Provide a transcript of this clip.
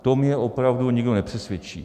To mě opravdu nikdo nepřesvědčí.